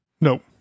Nope